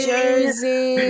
Jersey